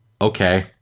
Okay